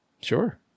Sure